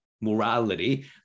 morality